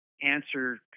answer